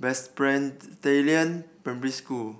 Presbyterian Primary School